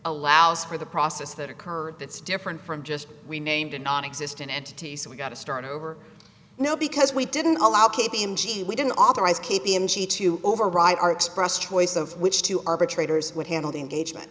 allows for the process that occurred that's different from just we named a nonexistent entity so we gotta start over no because we didn't allow k p m g we didn't authorize k p m g to override our express choice of which to arbitrators would handle the engagement